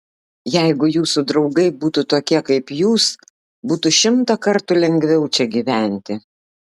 jeigu jūsų draugai būtų tokie kaip jūs būtų šimtą kartų lengviau čia gyventi